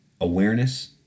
awareness